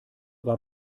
war